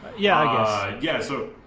yeah, like i guess. so